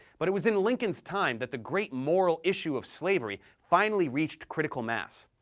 but it was in lincoln's time that the great moral issue of slavery finally reached critical mass.